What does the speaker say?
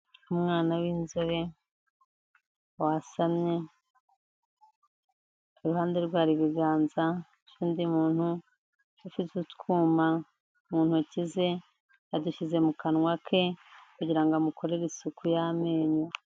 Umwana w'inzobe wasamye, iruhande rwe hari ibiganza by'undi muntu ufite utwuma mu ntoki ze yadushyize mu kanwa ke kugira ngo amukorere isuku y'amenyo.